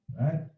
right